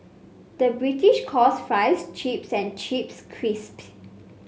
the British calls fries chips and chips crisps